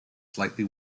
slightly